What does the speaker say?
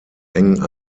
eng